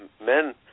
men